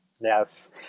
Yes